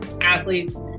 athletes